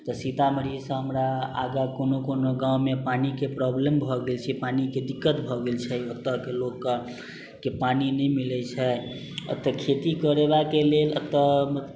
तऽ सीतामढ़ीसँ आगाँ हमरा कोनो कोनो गाँवमे पानिके प्रॉब्लम भए गेल छै पानिके दिक्क्त भए गेल छै एतऽ के लोककेँ पानि नहि मिलै छै एतऽ खेती करेबाके लेल एतऽ